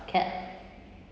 cat